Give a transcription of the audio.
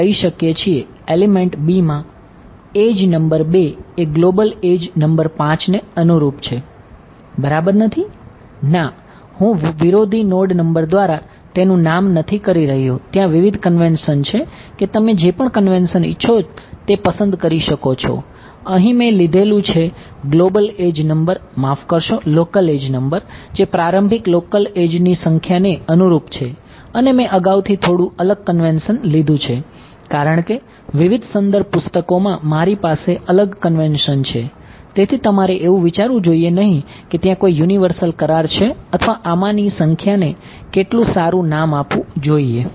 માટે આપણે 2 લઈ શકીએ છીએ એલિમેન્ટ છે અથવા આમાંની સંખ્યાને કેટલું સારું નામ આપવું જોઈએ